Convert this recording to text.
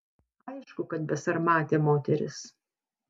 aišku kad besarmatė moteris